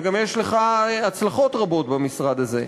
וגם יש לך הצלחות רבות במשרד הזה.